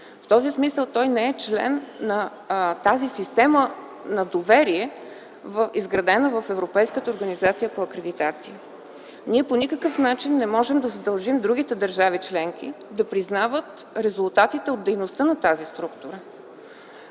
В този смисъл той не е член на тази система на доверие, изградена в Европейската организация за акредитация. Ние по никакъв начин не можем да задължим другите държави членки да признават резултатите от дейността на тази структура.